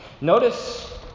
Notice